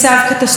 תבינו,